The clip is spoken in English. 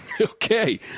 okay